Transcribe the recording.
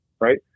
right